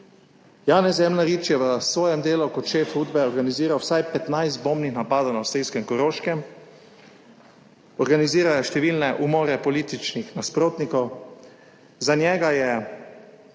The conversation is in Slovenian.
Janez Zemljarič je v svojem delu kot šef Udbe organiziral vsaj 15 bombnih napadov na avstrijskem Koroškem, organiziral je številne umore političnih nasprotnikov. Za njega je